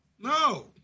no